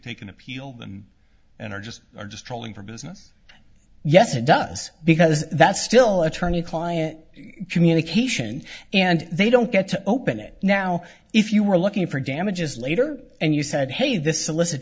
take an appeal and are just are just trolling for business yes it does because that's still attorney client communication and they don't get to open it now if you were looking for damages later and you said hey